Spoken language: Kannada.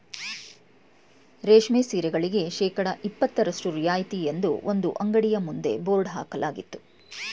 ರೇಷ್ಮೆ ಸೀರೆಗಳಿಗೆ ಶೇಕಡಾ ಇಪತ್ತರಷ್ಟು ರಿಯಾಯಿತಿ ಎಂದು ಒಂದು ಅಂಗಡಿಯ ಮುಂದೆ ಬೋರ್ಡ್ ಹಾಕಲಾಗಿತ್ತು